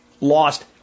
Lost